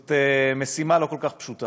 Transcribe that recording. זאת משימה לא כל כך פשוטה,